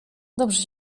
dobrze